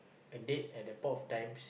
a date and the point of times